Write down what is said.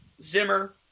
Zimmer